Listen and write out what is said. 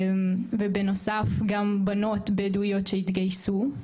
ובנוסף גם בנות בדואיות שהתגייסו.